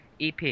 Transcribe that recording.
EP